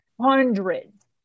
hundreds